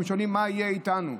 הם שואלים: מה יהיה איתנו?